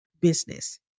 business